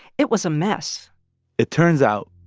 it was a mess it turns out,